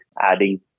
adding